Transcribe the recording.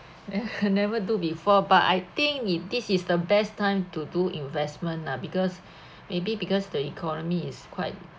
never do before but I think it this is the best time to do investment ah because maybe because the economy is quite